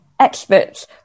experts